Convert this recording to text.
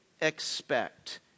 expect